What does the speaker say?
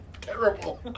terrible